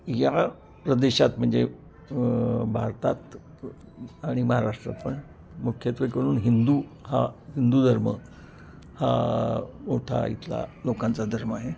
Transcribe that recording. या प्रदेशात म्हणजे भारतात आणि महाराष्ट्रात पण मुख्यत्वे करून हिंदू हा हिंदू धर्म हा मोठा इथला लोकांचा धर्म आहे